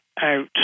out